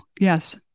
yes